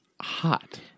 hot